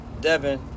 Devin